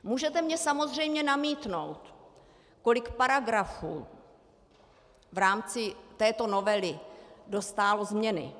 Můžete mně samozřejmě namítnout, kolik paragrafů v rámci této novely dostálo změny.